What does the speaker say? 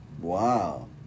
Wow